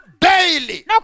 daily